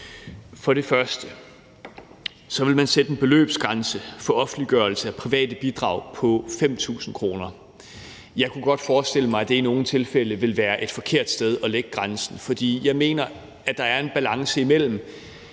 For det første vil man fastsætte en beløbsgrænse for offentliggørelse af private bidrag på 5.000 kr. Jeg kunne godt forestille mig, at det i nogle tilfælde vil være et forkert sted at lægge grænsen, for jeg mener, at der er en balance i det.